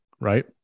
right